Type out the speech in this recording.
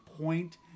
point